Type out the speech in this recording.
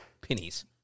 pennies